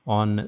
on